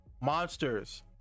monsters